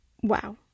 Wow